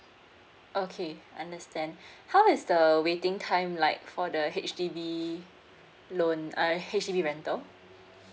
okay understand how is the waiting time like for the H_D_B loan uh H_D_B rental